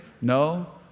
No